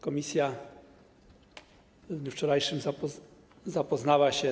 Komisja w dniu wczorajszym zapoznała się.